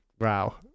Wow